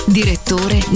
direttore